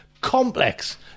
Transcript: complex